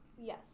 Yes